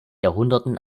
jahrhunderten